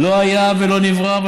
לא היה ולא נברא,